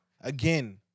again